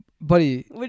Buddy